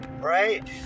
Right